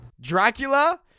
Dracula